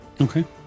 Okay